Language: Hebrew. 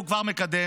הוא כבר מקדם,